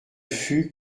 fut